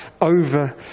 over